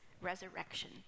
resurrection